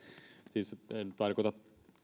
siis en tarkoita